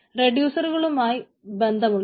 റെഡ്യൂസറുമായി ബന്ധമുള്ളത്